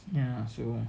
ya so